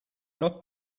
not